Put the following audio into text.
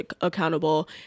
accountable